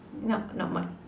nope not much